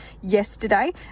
yesterday